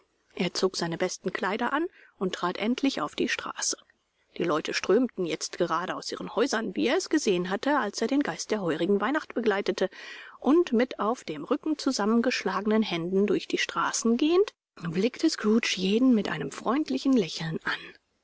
er zog seine besten kleider an und trat endlich auf die straße die leute strömten jetzt gerade aus ihren häusern wie er es gesehen hatte als er den geist der heurigen weihnacht begleitete und mit auf dem rücken zusammengeschlagenen händen durch die straßen gehend blickte scrooge jeden mit einem freundlichen lächeln an